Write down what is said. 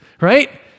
right